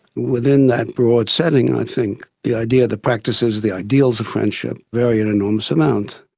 within that broad setting i think the idea that practices the ideals of friendships vary an enormous amount.